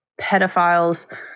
pedophiles